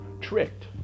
tricked